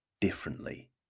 differently